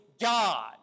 God